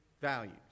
values